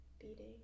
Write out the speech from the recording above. beating